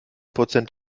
prozent